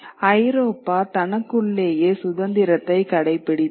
ஐரோப்பா தனக்குள்ளேயே சுதந்திரத்தை கடைப்பிடித்தது